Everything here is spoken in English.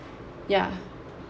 ya